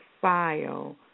file